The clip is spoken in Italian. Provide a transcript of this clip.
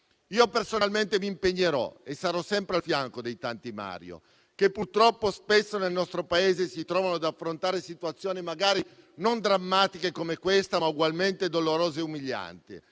Personalmente, mi impegnerò e sarò sempre al fianco dei tanti Mario che purtroppo spesso nel nostro Paese si trovano ad affrontare situazioni magari non drammatiche come questa, ma ugualmente dolorose e umilianti.